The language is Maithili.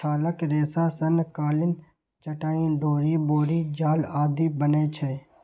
छालक रेशा सं कालीन, चटाइ, डोरि, बोरी जाल आदि बनै छै